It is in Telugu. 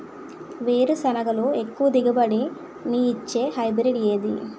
వేరుసెనగ లో ఎక్కువ దిగుబడి నీ ఇచ్చే హైబ్రిడ్ ఏది?